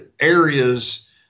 areas